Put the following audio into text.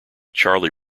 charlie